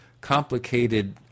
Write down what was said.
complicated